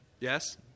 Yes